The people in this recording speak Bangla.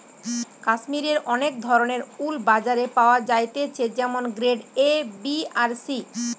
কাশ্মীরের অনেক ধরণের উল বাজারে পাওয়া যাইতেছে যেমন গ্রেড এ, বি আর সি